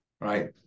Right